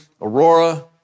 Aurora